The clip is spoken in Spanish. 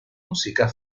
música